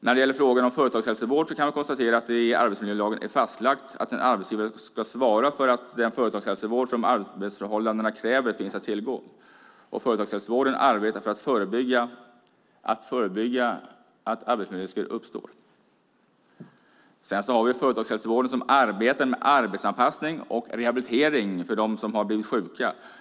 När det gäller frågan om företagshälsovård kan vi konstatera att det i arbetsmiljölagen är fastlagt att en arbetsgivare ska svara för att den företagshälsovård som arbetsförhållandena kräver finns att tillgå. Företagshälsovården arbetar för att förebygga att arbetsmiljörisker uppstår. Sedan har företagshälsovården att arbeta med arbetsanpassning och rehabilitering för dem som har blivit sjuka.